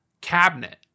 cabinet